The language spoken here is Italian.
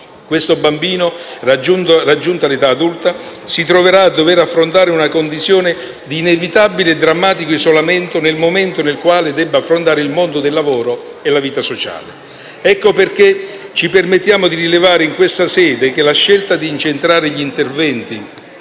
questo bambino, raggiunta l'età adulta, si troverà a dover affrontare una condizione di inevitabile e drammatico isolamento nel momento in cui dovrà affrontare il mondo del lavoro e la vita sociale. Ecco perché ci permettiamo di rilevare in questa sede che la scelta di incentrare gli interventi